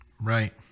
Right